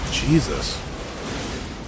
Jesus